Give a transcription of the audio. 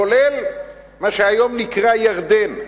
כולל מה שהיום נקרא ירדן.